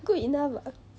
good enough mah